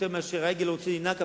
יותר מאשר העגל רוצה לינוק,